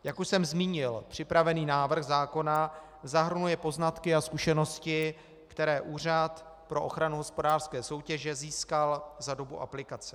Jak už jsem zmínil, připravený návrh zákona zahrnuje poznatky a zkušenosti, které Úřad pro ochranu hospodářské soutěže získal za dobu aplikace.